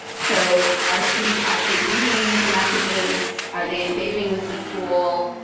so our students actually reading the messages? are they engaging with the tool?